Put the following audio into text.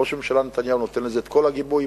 ראש הממשלה נתניהו נותן לזה את כל הגיבוי,